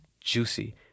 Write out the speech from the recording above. juicy